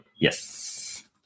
Yes